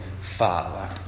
Father